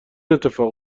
اتفاق